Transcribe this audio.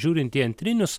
žiūrint į antrinius